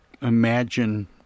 imagine